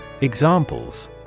Examples